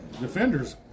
Defenders